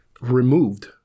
removed